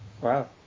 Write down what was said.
Wow